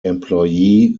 employee